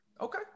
Okay